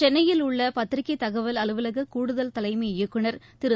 சென்னையில் உள்ள பத்திரிகை தகவல் அலுவலக கூடுதல் தலைமை இயக்குனர் திரு ஈ